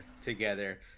together